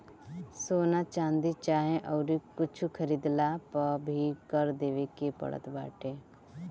सोना, चांदी चाहे अउरी कुछु खरीदला पअ भी कर देवे के पड़त बाटे